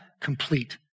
complete